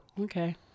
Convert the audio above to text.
okay